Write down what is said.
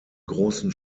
großen